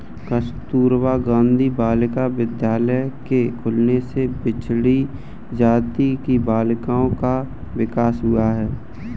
कस्तूरबा गाँधी बालिका विद्यालय के खुलने से पिछड़ी जाति की बालिकाओं का विकास हुआ है